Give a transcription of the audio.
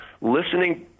listening